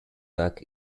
back